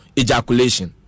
ejaculation